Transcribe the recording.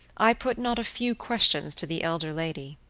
i put not a few questions to the elder lady.